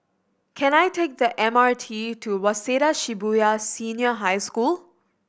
can I take the M R T to Waseda Shibuya Senior High School